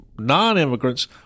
Non-immigrants